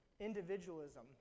individualism